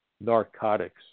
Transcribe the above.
narcotics